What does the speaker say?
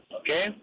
okay